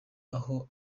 aho